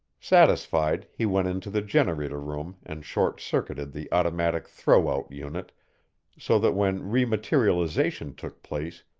satisfied, he went into the generator room and short-circuited the automatic throw-out unit so that when rematerialization took place,